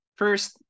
first